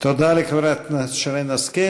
תודה לחברת הכנסת שרן השכל.